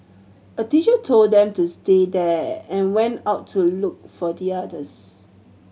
a teacher told them to stay there and went out to look for the others